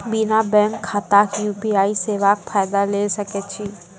बिना बैंक खाताक यु.पी.आई सेवाक फायदा ले सकै छी?